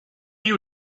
you